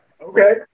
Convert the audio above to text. okay